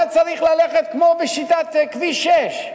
אתה צריך ללכת כמו בשיטת כביש 6,